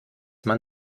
man